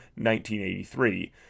1983